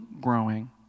growing